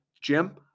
Jim